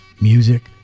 music